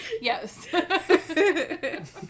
Yes